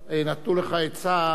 לעשות הסתייגויות דיבור.